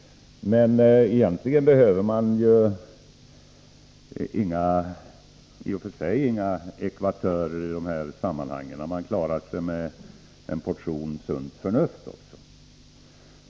Men egentligen behöver man inga ”ekvatörer” i de här sammanhangen, utan man kan klara sig med en portion sunt förnuft.